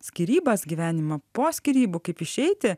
skyrybas gyvenimą po skyrybų kaip išeiti